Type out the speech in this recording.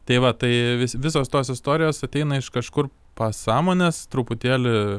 tai va tai vis visos tos istorijos ateina iš kažkur pasąmonės truputėlį